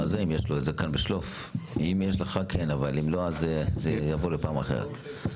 אם לא, זה יבוא לפעם אחרת.